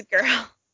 girl